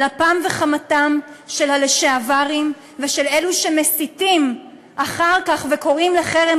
על אפם וחמתם של ה"לשעברים" ושל אלה שמסיתים אחר כך וקוראים לחרם,